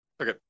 Okay